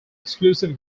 exclusive